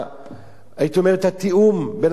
הייתי אומר, התיאום בין המשרדים,